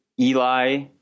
Eli